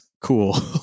cool